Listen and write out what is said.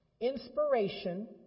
Inspiration